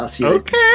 Okay